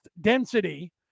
density